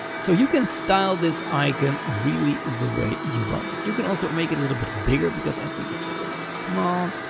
so you can style this icon really the way you want it. you can also make it a little bit bigger, because i think its a little bit small.